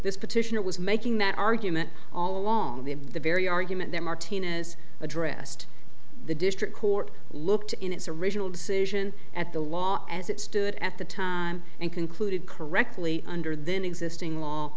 this petitioner was making that argument all along the the very argument that martinez addressed the district court looked in its original decision at the law as it stood at the time and concluded correctly under the existing law